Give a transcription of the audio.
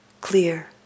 clear